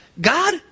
God